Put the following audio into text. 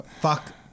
Fuck